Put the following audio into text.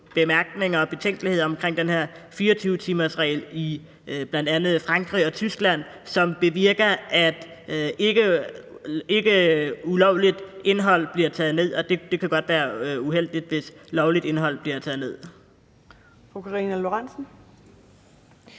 og betænkeligheder vedrørende den her 24-timersregel i bl.a. Frankrig og Tyskland, som bevirker, at ikkeulovligt indhold bliver taget ned, og det kan godt være uheldigt, hvis lovligt indhold bliver taget ned.